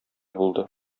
булды